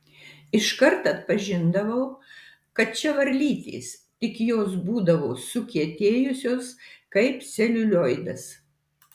iškart atpažindavau kad čia varlytės tik jos būdavo sukietėjusios kaip celiulioidas